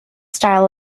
style